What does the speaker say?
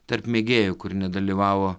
tarp mėgėjų kur nedalyvavo